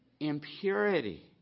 Impurity